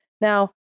Now